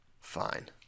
Fine